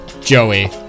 Joey